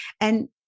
And-